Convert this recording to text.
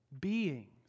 beings